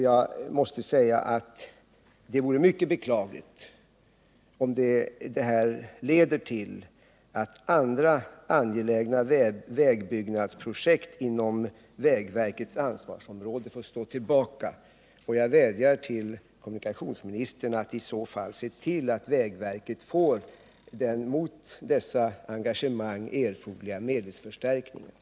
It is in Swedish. Jag måste säga att det vore mycket beklagligt om detta leder till att andra angelägna vägbyggnadsprojekt inom vägverkets ansvarsområde får stå tillbaka, och jag vädjar till kommunikationsministern att i så fall se till att vägverket får den mot dessa engagemang svarande erforderliga medelsförstärkningen.